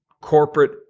corporate